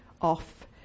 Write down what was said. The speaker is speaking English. off